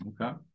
Okay